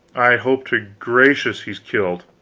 i hope to gracious he's killed!